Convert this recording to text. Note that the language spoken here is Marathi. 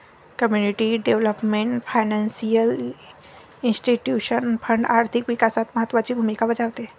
community development financial institution fund आर्थिक विकासात महत्त्वाची भूमिका बजावते